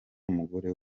umugore